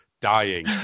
dying